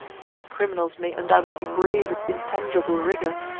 great criminals may undoubtedly brave its intangible rigor,